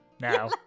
now